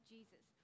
Jesus